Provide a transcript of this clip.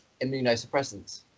immunosuppressants